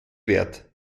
wert